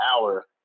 hour